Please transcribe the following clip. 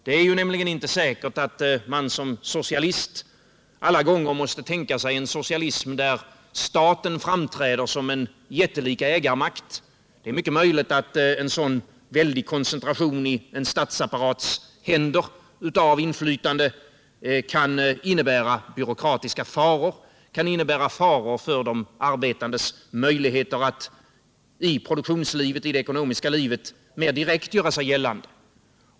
Det är nämligen inte säkert att man som socialist alla gånger måste tänka sig en socialism där staten framträder som en jättelik ägarmakt — det är mycket möjligt att en sådan väldig maktkoncentration av inflytande i en statsapparats händer kan innebära byråkratiska faror, faror för de arbetandes möjligheter att i produktionslivet, i det ekonomiska livet, mer direkt göra sig gällande.